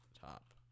top